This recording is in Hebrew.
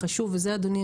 חשוב ואדוני,